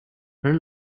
turn